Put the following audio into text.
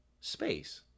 space